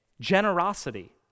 generosity